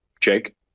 Jake